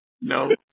No